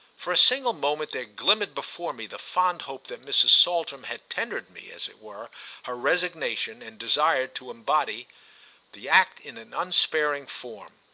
for a single moment there glimmered before me the fond hope that mrs. saltram had tendered me, as it were, her resignation and desired to embody the act in an unsparing form.